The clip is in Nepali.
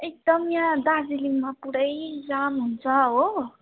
एकदम यहाँ दार्जिलिङमा पुरै जाम हुन्छ हो